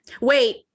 wait